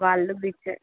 వాళ్ళు బీచ్